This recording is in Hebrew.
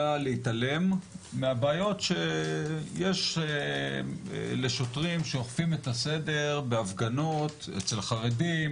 להתעלם מהבעיות שיש לשוטרים שאוכפים את הסדר בהפגנות אצל חרדים,